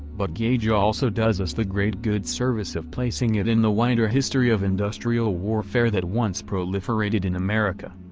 but gage also does us the great good service of placing it in the wider history of industrial warfare that once proliferated in america.